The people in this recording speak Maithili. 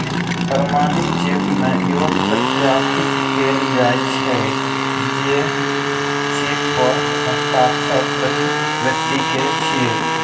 प्रमाणित चेक मे इहो सत्यापित कैल जाइ छै, जे चेक पर हस्ताक्षर सही व्यक्ति के छियै